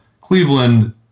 Cleveland